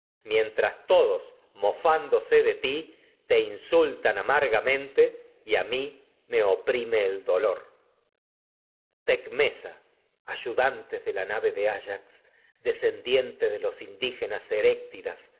mientras todos mofándose de ti te in sultan amargamente y a mi me oprime el dolor tecmesa dientes de los ayudantes de la nave de ayax descen cuan indígenas